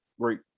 Great